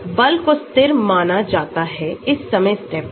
बल को स्थिर माना जाता हैइस समय स्टेप पर